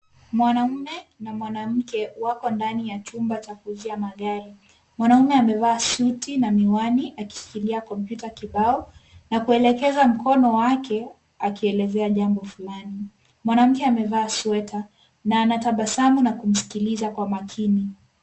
Mwanaume na mwanamke wako ndani ya chumba cha kuuzia magari. Mwanaume amevaa suti na miwani akishikilia kompyuta kibao na kwelekeza mkono wake akielezea jambo fulani. Mwanamke amevaa sweta na anatabasamu na kumsikiliza kwa makini.